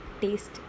taste